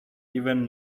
even